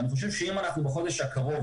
ואני חושב שאם בחודש הקרוב,